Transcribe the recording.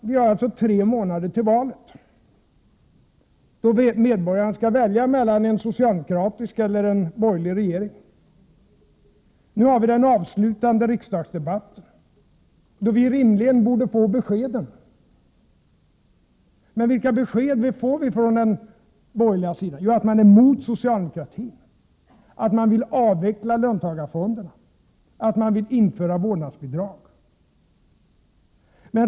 Vi har alltså tre månader till valet, då medborgarna skall välja mellan en socialdemokratisk eller en borgerlig regering. Nu har vi den avslutande riksdagsdebatten, då vi rimligen borde få beskeden. Men vilka 101 besked får vi från den borgerliga sidan? Jo, att man är emot socialdemokratin, att man vill avveckla löntagarfonderna, att man vill införa vårdnadsbidrag.